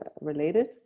related